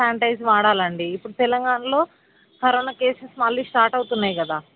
sanitise వాడాలండి ఇప్పుడు తెలంగాణలో కరోనా కేసెస్ మళ్లీ స్టార్ట్ అవుతున్నాయి కదా